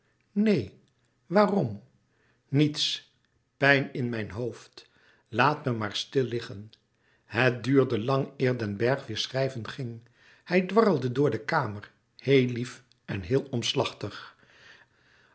metamorfoze waarom niets pijn in mijn hoofd laat me maar stil liggen het duurde lang eer den bergh weêr schrijven ging hij dwarrelde door de kamer heel lief en heel omslachtig